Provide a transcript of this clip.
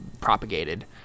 propagated